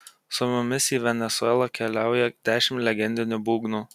su mumis į venesuelą keliauja dešimt legendinių būgnų